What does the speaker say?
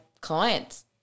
clients